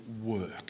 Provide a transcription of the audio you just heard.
work